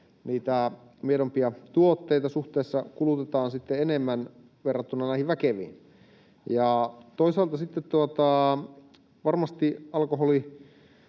miedompia tuotteita suhteessa kulutetaan sitten enemmän verrattuna näihin väkeviin. Toisaalta sitten varmasti alkoholipolitiikkaa,